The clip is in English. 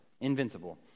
invincible